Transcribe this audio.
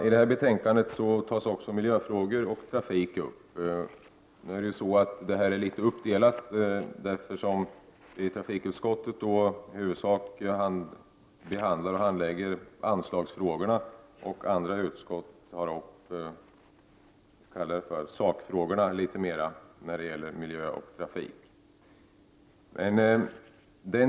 I betänkandet tas också upp miljöfrågor och trafik. Trafikutskottet handlägger i huvudsak anslagsfrågorna, medan andra utskott mera tar upp ”sakfrågorna” som har att göra med miljön och trafiken.